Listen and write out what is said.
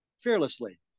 fearlessly